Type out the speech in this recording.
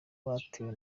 batewe